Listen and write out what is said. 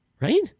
Right